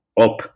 up